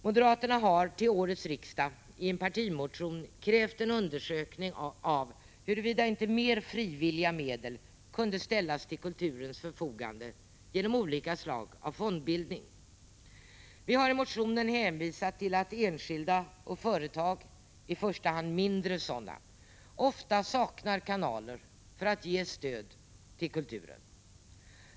Moderaterna har till årets riksdag i en partimotion krävt en undersökning av huruvida inte mer frivilliga medel kunde ställas till kulturens förfogande genom olika slag av fondbildning. Vi har i motionen hänvisat till att enskilda och företag — i första hand mindre sådana — ofta saknar kanaler för att ge stöd till kulturen.